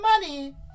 money